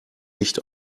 nicht